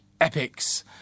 epics